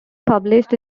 published